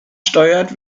steuert